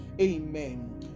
amen